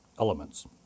elements